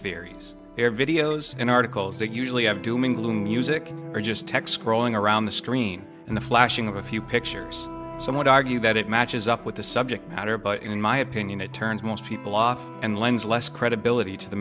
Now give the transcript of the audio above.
theories air videos and articles that usually have doom and gloom music or just techs crawling around the screen and the flashing of a few pictures some would argue that it matches up with the subject matter but in my opinion it turns most people off and lends less credibility to the